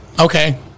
okay